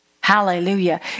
Hallelujah